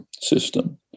system